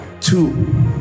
Two